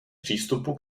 přístupu